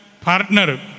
partner